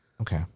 Okay